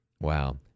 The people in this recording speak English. Wow